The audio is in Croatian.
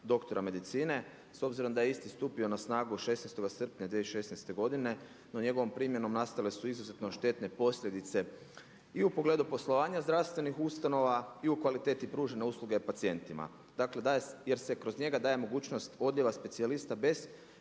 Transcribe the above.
doktora medicine. S obzirom da je isti stupio na snagu 16. srpnja 2016. godine no njegovom primjenom nastale su izuzetno štetne posljedice i u pogledu poslovanja zdravstvenih ustanova i u kvaliteti pružene usluge pacijentima jer se kroz njega daje mogućnost odljeva specijalista bez